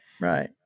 Right